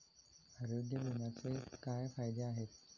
आरोग्य विम्याचे काय फायदे आहेत?